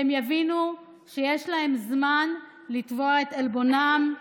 והם יבינו שיש להם זמן לתבוע את עלבונם,